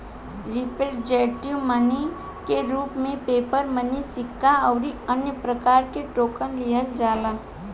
representative money के रूप में पेपर मनी सिक्का अउरी अन्य प्रकार के टोकन लिहल जाला